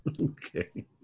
Okay